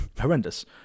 horrendous